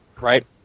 right